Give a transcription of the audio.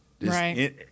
Right